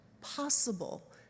possible